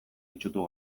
itsutu